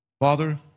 Father